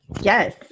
Yes